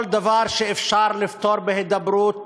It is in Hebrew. כל דבר שאפשר לפתור בהידברות,